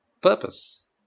purpose